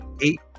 eight